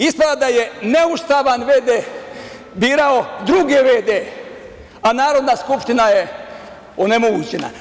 Ispada da je neustavan v.d. birao druge v.d. a Narodna skupština je onemogućena.